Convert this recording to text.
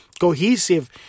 cohesive